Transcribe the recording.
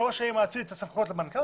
שראש העיר מאציל סמכויות למנכ"ל,